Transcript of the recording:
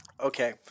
Okay